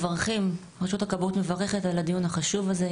רשות הכבאות מברכת על הדיון החשוב הזה.